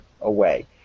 away